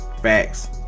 Facts